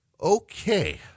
Okay